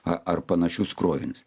a ar panašius krovinius